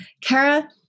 Kara